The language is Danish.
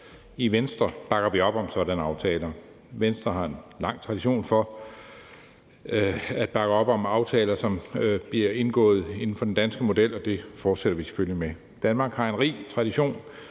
I Venstre bakker vi op om sådanne aftaler. Venstre har en lang tradition for at bakke op om aftaler, som bliver indgået inden for den danske model, og det fortsætter vi selvfølgelig med. Danmark har en rig tradition